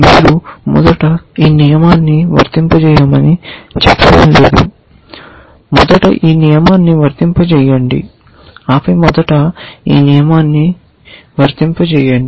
మీరు మొదట ఈ నియమాన్ని వర్తింపజేయమని చెప్పడం లేదు మొదట ఈ నియమాన్ని వర్తింపజేయండి ఆపై మొదట ఈ నియమాన్ని వర్తింపజేయండి